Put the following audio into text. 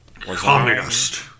Communist